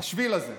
השביל הזה.